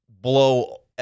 blow